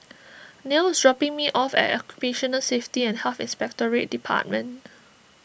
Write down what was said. Nell is dropping me off at Occupational Safety and Health Inspectorate Department